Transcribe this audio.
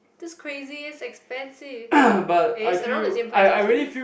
that's crazy it's expensive eh it's around the same price actually